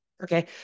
Okay